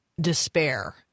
despair